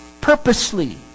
Purposely